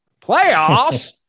playoffs